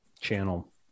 channel